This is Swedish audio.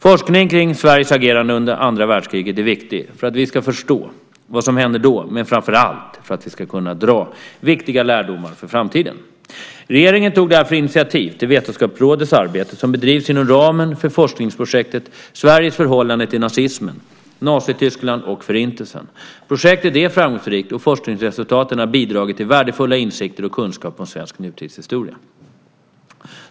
Forskning om Sveriges agerande under andra världskriget är viktig för att vi ska förstå vad som hände då men framför allt för att vi ska kunna dra viktiga lärdomar för framtiden. Regeringen tog därför initiativ till Vetenskapsrådets arbete som bedrivs inom ramen för forskningsprojektet Sveriges förhållande till nazismen, Nazityskland och Förintelsen. Projektet är framgångsrikt, och forskningsresultaten har bidragit till värdefulla insikter och kunskap om svensk nutidshistoria.